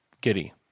Giddy